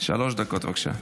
שלוש דקות, בבקשה.